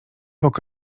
bok